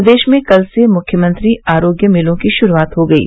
प्रदेश में कल से मुख्यमंत्री आरोग्य मेलों की श्रूआत हो गयी